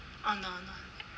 !hannor! !hannor!